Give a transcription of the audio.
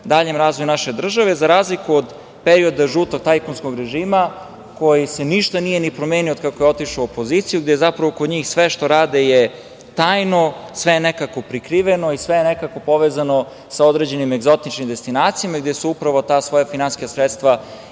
daljem razvoju naše države, za razliku od perioda žutog tajkunskog režima koji se ništa nije ni promenio otkako je otišao u opoziciju, gde zapravo kod njih sve što rade je tajno, sve je nekako prikriveno i sve je nekako povezano sa određenim egzotičnim destinacijama, gde se upravo ta svoja finansijska sredstva